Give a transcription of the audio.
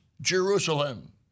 Jerusalem